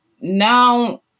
now